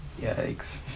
Yikes